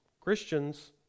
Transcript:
Christians